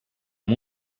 amb